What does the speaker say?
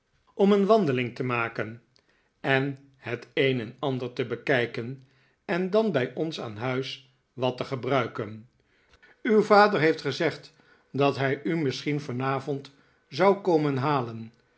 om een wandeling te maken en het een en ander te bekijken en dan bij ons aan huis wat te gebruiken uw vader heeft gezegd dat hij u misschien vanavond zou komen halen